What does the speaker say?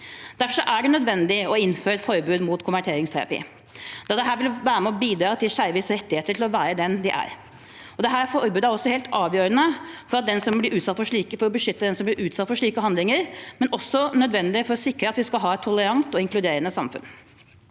Derfor er det nødvendig å innføre et forbud mot konverteringsterapi. Det vil være med og bidra til skeives rettigheter til å være den de er. Dette forbudet er også helt avgjørende for å beskytte den som blir utsatt for slike handlinger, men også nødvendig for å sikre at vi skal ha et tolerant og inkluderende samfunn.